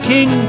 King